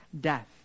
death